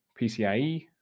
PCIe